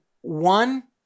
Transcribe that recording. one